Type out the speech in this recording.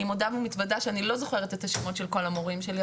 אני מודה ומתוודה שאני לא זוכרת את השמות של כל המורים שלי,